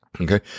Okay